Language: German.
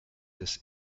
des